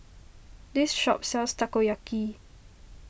this shop sells Takoyaki